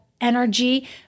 energy